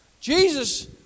Jesus